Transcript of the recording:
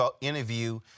interview